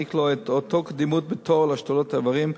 להעניק לו את אותה קדימות בתור להשתלות אברים,